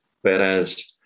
Whereas